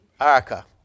Erica